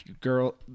girl